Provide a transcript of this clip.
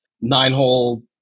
Nine-hole